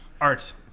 Art